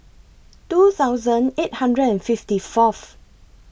two thousand eight hundred and fifty Fourth